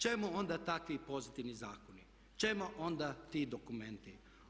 Čemu onda takvi pozitivni zakoni, čemu onda ti dokumenti.